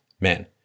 men